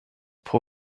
pro